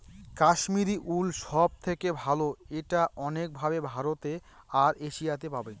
Kashmiri wool সব থেকে ভালো এটা অনেক ভাবে ভারতে আর এশিয়াতে পাবো